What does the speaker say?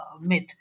myth